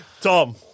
Tom